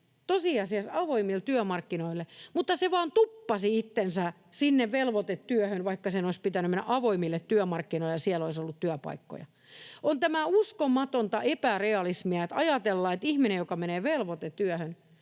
tosiasiassa avoimille työmarkkinoille — mutta se vain tuppasi itsensä sinne velvoitetyöhön, vaikka sen olisi pitänyt mennä avoimille työmarkkinoille ja siellä olisi ollut työpaikkoja. On tämä uskomatonta epärealismia, että ajatellaan, että ihminen, joka menee velvoitetyöhön,